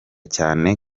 cyane